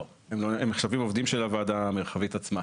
לא, הם נחשבים עובדים של הוועדה המרחבית עצמה.